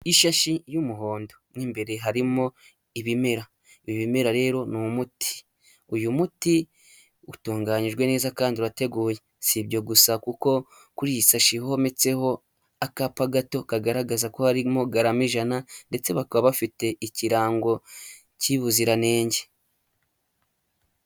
Ishashi y'umuhondo mu imbere harimo ibimera, ibimera rero ni umuti, uyu muti utunganyijwe neza kandi urateguye, si ibyo gusa kuko kuri iyi sashi hometseho akapa gato kagaragaza ko harimo garama ijana ndetse bakaba bafite ikirango cy'ubuziranenge.